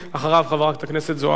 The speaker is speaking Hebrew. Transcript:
אחריו, חברת הכנסת זועבי.